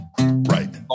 Right